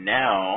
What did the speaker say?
now